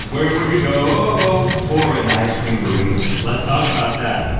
where would you go for an ice cream burrito? let's talk about that.